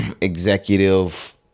executive